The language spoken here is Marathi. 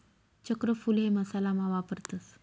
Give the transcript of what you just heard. चक्रफूल हे मसाला मा वापरतस